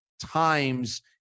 times